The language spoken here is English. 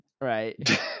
right